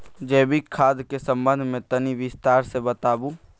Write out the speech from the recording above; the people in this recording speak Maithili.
जैविक खाद के संबंध मे तनि विस्तार स बताबू?